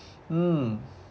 mm